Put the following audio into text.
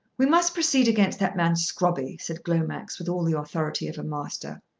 we must proceed against that man scrobby, said glomax with all the authority of a master.